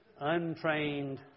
untrained